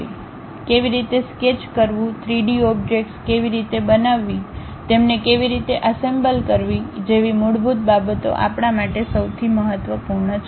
કેવી રીતે સ્કેચ કરવું 3 ડી ઓબ્જેક્ટ્સ કેવી રીતે બનાવવી તેમને કેવી રીતે એસેમ્બલ કરવી જેવી મૂળભૂત બાબતો આપણા માટે સૌથી મહત્વપૂર્ણ છે